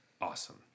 Awesome